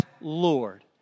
Lord